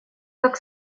как